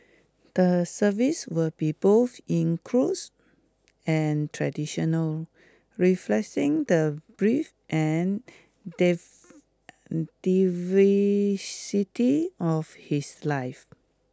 the service will be both includes and traditional the breadth and diversity of his life